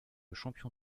champion